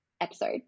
episode